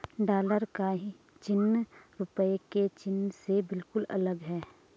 dollar का चिन्ह रूपए के चिन्ह से बिल्कुल अलग है